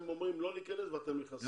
מתייחס אליו כחרדת קודש.